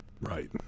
right